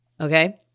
okay